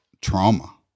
trauma